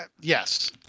Yes